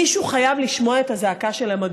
מישהו חייב לשמוע את הזעקה שלהם,